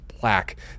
plaque